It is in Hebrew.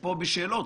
פה בשאלות.